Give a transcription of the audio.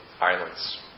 Islands